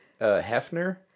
Hefner